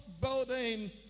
building